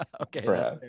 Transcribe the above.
Okay